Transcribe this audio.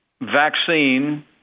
vaccine